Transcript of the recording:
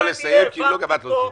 גם את לא תצליח לדבר.